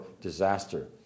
disaster